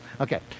Okay